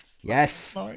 Yes